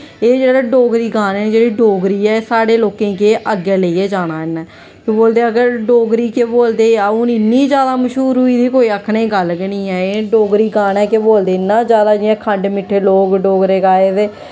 एह् जेह्ड़े डोगरी गाने न जेह्ड़ी डोगरी ऐ एह् साढ़े लोकें के अग्गैं लेइयै जाना इन्नै केह् बोलदे अगर डोगरी केह् बोलदे हून इन्नी ज्यादा मश्हूर होई गेदी कोई आक्खने दी गल्ल गै नी ऐ एह् डोगरी गाने केह् बोलदे इ'न्ना ज्यादा जियां जियां खंड मिट्ठे लोग डोगरे गाए दे